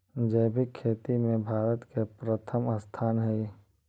जैविक खेती में भारत के प्रथम स्थान हई